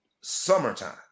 summertime